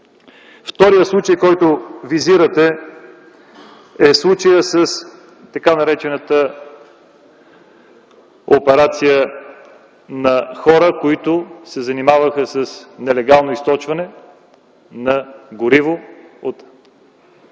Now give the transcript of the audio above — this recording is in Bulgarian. Вторият случай, който визирате, е случаят с така наречената операция на хора, които се занимаваха с нелегално източване на гориво от